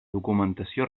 documentació